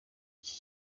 iki